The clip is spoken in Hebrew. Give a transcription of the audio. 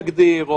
נגדיר,